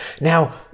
Now